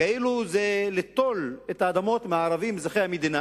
כאילו ליטול את האדמות מהערבים אזרחי המדינה